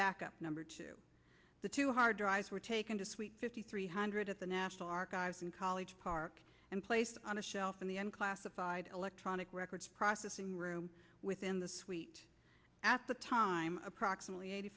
backup number two the two hard drives were taken to fifty three hundred at the national archives in college park and placed on a shelf in the end classified electronic records processing room within the suite at the time approximately eighty